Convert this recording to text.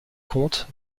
comptes